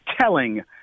telling